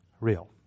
real